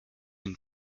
une